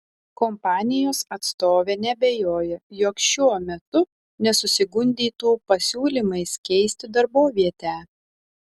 kompanijos atstovė neabejoja jog šiuo metu nesusigundytų pasiūlymais keisti darbovietę